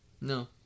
No